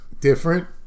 different